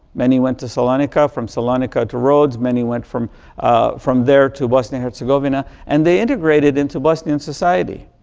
many went to salonica, from salonica to rhodes. many went from from there to bosnia-herzegovina. and they integrated into bosnia and society.